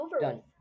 done